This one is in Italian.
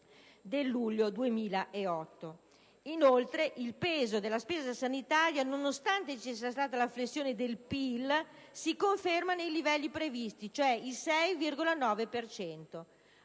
del luglio 2008. Inoltre, il peso della spesa sanitaria, nonostante ci sia stata la flessione del PIL, si conferma nei livelli previsti, cioè il 6,9